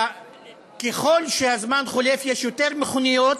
ככל שהזמן חולף יש יותר מכוניות,